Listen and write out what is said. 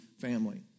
family